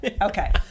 Okay